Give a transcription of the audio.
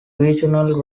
regional